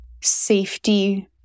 safety